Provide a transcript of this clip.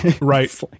Right